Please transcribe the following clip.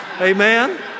Amen